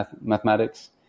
mathematics